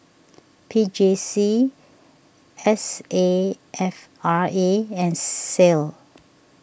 P J C S A F R A and Sal